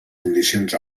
condicions